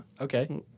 Okay